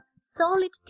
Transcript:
solid